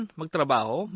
magtrabaho